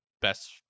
best